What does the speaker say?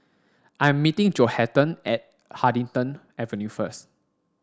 I' meeting Johathan at Huddington Avenue first